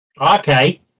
Okay